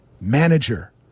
manager